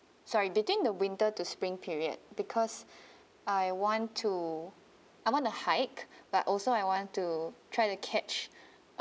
sorry between the winter to spring period because I want to I want to hike but also I want to try to catch